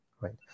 Right